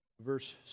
verse